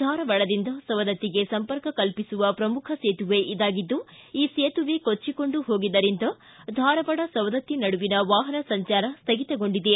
ಧಾರವಾಡದಿಂದ ಸವದತ್ತಿಗೆ ಸಂಪರ್ಕ ಕಲ್ಪಿಸುವ ಪ್ರಮುಖ ಸೇತುವೆ ಇದಾಗಿದ್ದು ಈ ಸೇತುವೆ ಕೊಚ್ಚಕೊಂಡು ಹೋಗಿದ್ದರಿಂದ ಧಾರವಾಡ ಸವದತ್ತಿ ನಡುವಿನ ವಾಹನ ಸಂಚಾರ ಸ್ವಗಿತಗೊಂಡಿದೆ